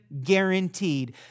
guaranteed